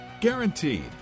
Guaranteed